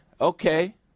okay